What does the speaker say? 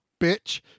bitch